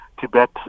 Tibet